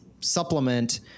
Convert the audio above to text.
supplement